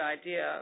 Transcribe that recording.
idea